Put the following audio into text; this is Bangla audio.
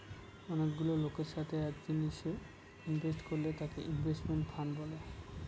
অনেকগুলা লোকের সাথে এক জিনিসে ইনভেস্ট করলে তাকে ইনভেস্টমেন্ট ফান্ড বলে